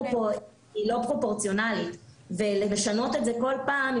היא לא פרופורציונלית ולשנות את זה כל פעם,